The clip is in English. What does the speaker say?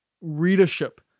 readership